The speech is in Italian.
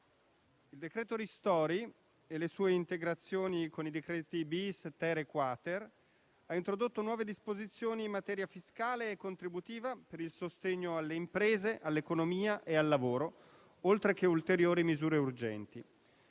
decreto ristori e le sue integrazioni con i decreti *bis*, *ter* e *quater* hanno introdotto nuove disposizioni in materia fiscale e contributiva per il sostegno alle imprese, all'economia e al lavoro, oltre che ulteriori misure urgenti.